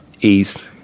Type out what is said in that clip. East